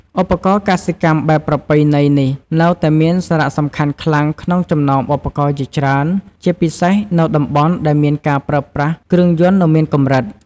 ឧបករណ៍កសិកម្មបែបប្រពៃណីនេះនៅតែមានសារៈសំខាន់ខ្លាំងក្នុងចំណោមឧបករណ៍ជាច្រើន ជាពិសេសនៅតំបន់ដែលមានការប្រើប្រាស់គ្រឿងយន្តនៅមានកម្រិត។